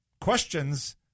questions